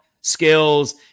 skills